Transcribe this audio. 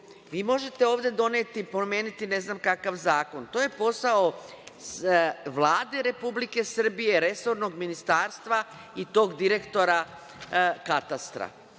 Vi možete ovde doneti i promeniti ne znam kakav zakon, to je posao Vlade Republike Srbije, resornog ministarstva i tog direktora katastra.